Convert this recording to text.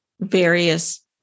various